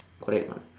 correct or not